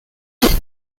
cooke